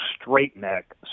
straight-neck